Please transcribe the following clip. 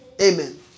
Amen